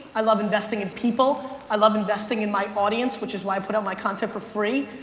i love investing in people, i love investing in my audience which is why i put out my content for free,